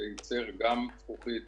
שייצר גם זכוכית